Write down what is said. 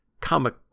comic